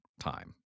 time